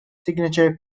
signature